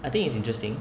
I think it's interesting